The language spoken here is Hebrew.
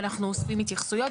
ואנחנו אוספים התייחסויות.